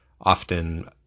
often